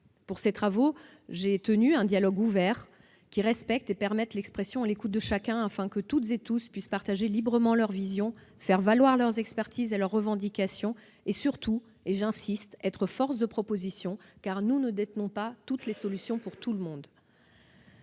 conduire ces travaux, j'ai tenu un dialogue ouvert, qui respecte et favorise l'expression et l'écoute de chacun, afin que toutes et tous puissent partager librement leur vision, faire valoir leur expertise et leurs revendications et, surtout- j'insiste sur ce point -, être forces de proposition, car nous ne détenons pas toutes les solutions pour tout le monde.